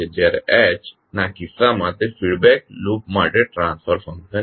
જ્યારે H ના કિસ્સામાં તે ફીડબેક લૂપ માટે ટ્રાન્સફર ફંકશન છે